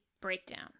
breakdown